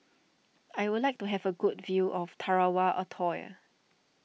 I would like to have a good view of Tarawa Atoll